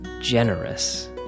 Generous